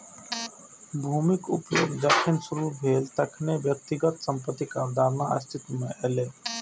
भूमिक उपयोग जखन शुरू भेलै, तखने व्यक्तिगत संपत्तिक अवधारणा अस्तित्व मे एलै